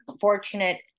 fortunate